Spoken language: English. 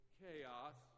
chaos